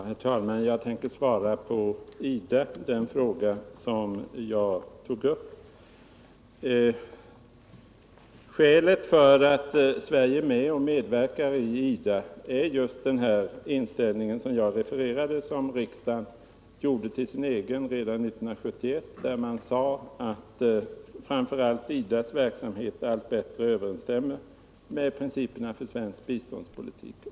Herr talman! Jag tänker svara på frågan om IDA. Skälet för att Sverige medverkar i IDA är just den inställning som jag refererade och som riksdagen gjorde till sin egen 1971, då man sade att framför allt IDA:s verksamhet allt bättre överensstämmer med principerna för svensk biståndspolitik.